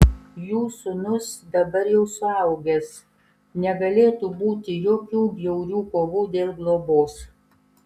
jų sūnus dabar jau suaugęs negalėtų būti jokių bjaurių kovų dėl globos